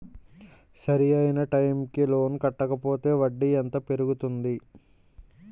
సరి అయినా టైం కి లోన్ కట్టకపోతే వడ్డీ ఎంత పెరుగుతుంది?